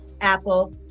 Apple